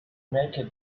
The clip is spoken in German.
merke